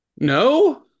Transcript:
No